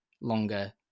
longer